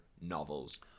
novels